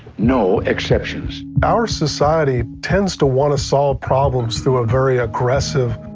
no exceptions. our society tends to want to solve problems through a very aggressive,